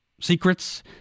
secrets